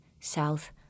south